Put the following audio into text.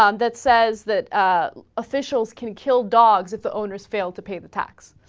um that says that ah. officials can kill dogs at the owners failed to pay the tax